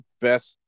best